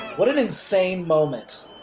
what an insane moment.